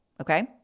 okay